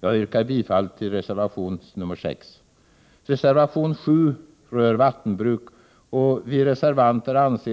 Jag yrkar bifall till reservation nr 6. Reservation 7 rör vattenbruk. Då utrymmet för